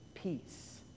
Peace